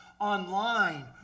online